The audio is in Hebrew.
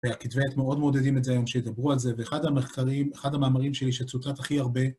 והכתבי עת מאוד מעודדים את זה היום כשידברו על זה, ואחד המחקרים, אחד המאמרים שלי שצוטט הכי הרבה,